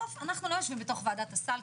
אנחנו לא יושבים בוועדת הסל,